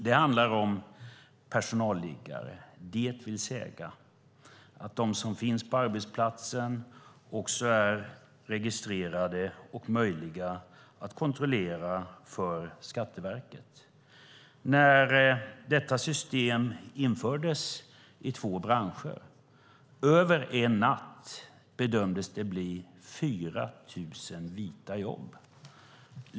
Det handlar om personalliggare, det vill säga att de som finns på arbetsplatsen också är registrerade och möjliga att kontrollera för Skatteverket. När detta system infördes i två branscher bedömdes det över en natt bli 4 000 vita jobb.